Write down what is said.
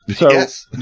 Yes